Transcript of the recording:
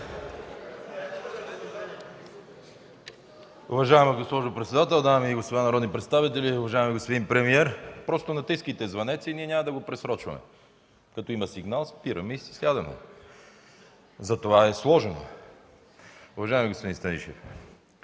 Уважаема госпожо председател, дами и господа народни представители, уважаеми господин премиер! Просто натискайте звънеца и ние няма да го просрочваме. Като има сигнал спираме и си сядаме. Затова е сложен. Уважаеми господин Станишев,